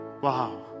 Wow